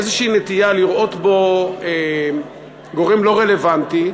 איזושהי נטייה לראות בו גורם לא רלוונטי.